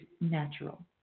natural